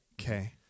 okay